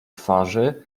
twarzy